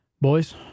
Boys